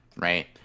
right